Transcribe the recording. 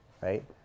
right